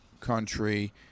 country